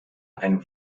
ein